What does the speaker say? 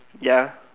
ya